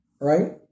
right